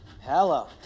Hello